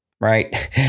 right